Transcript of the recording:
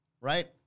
right